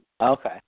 Okay